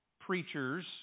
preachers